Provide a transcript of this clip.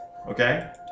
Okay